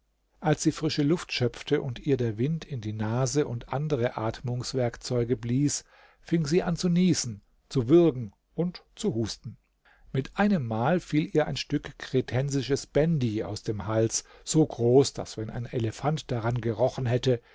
als sie frische luft schöpfte und ihr der wind in die nase und andere atmungswerkzeuge blies fing sie an zu nießen zu würgen und zu husten mit einem mal fiel ihr ein stück kretensisches bendi aus dem hals so groß daß wenn ein elefant daran gerochen hätte